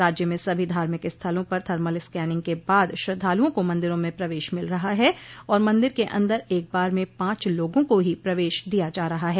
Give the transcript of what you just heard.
राज्य में सभी धार्मिक स्थलों पर थर्मल स्कैनिंग के बाद श्रद्धालुओं को मंदिरों में प्रवेश मिल रहा है और मंदिर के अन्दर एकबार में पांच लोगों को ही प्रवेश दिया जा रहा है